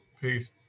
Peace